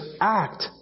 act